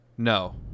No